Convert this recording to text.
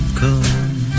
come